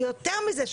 ויותר מזה,